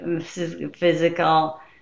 physical